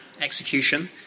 execution